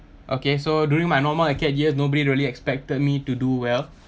okay so during my normal acad year nobody really expected me to do well